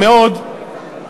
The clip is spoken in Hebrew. מאוד,